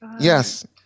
Yes